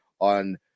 on